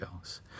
else